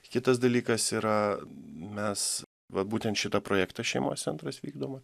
kitas dalykas yra mes vat būtent šitą projektą šeimos centras vykdomą